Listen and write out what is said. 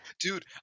Dude